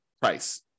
price